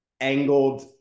angled